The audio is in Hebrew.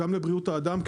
אלא גם לבריאות האדם.